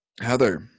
heather